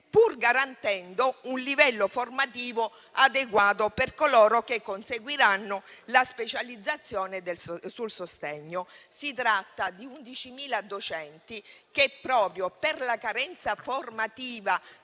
pur garantendo un livello formativo adeguato per coloro che conseguiranno la specializzazione nel sostegno. Si tratta di 11.000 docenti che, proprio per la carenza formativa